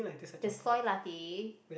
the soy latte